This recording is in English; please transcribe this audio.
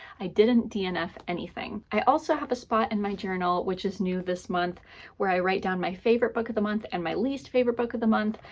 i didn't dnf anything. i also have a spot in my journal which is new this month where i write down my favorite book of the month and my least favorite book of the month.